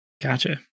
Gotcha